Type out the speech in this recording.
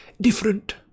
different